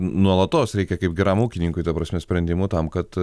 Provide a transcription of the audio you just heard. nuolatos reikia kaip geram ūkininkui ta prasme sprendimų tam kad